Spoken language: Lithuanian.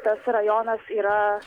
tas rajonas yra